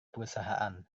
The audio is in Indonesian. perusahaan